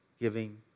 giving